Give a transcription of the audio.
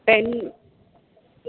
pen